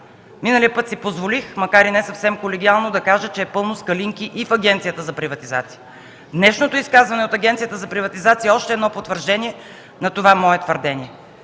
Миналия път си позволих, макар и не съвсем колегиално, да кажа, че е пълно с „калинки” и в Агенцията за приватизация. Днешното изказване от Агенцията за приватизация е още едно потвърждение на това мое твърдение.